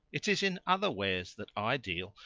it is in other wares that i deal.